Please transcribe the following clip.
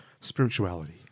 spirituality